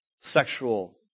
sexual